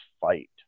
fight